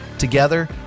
Together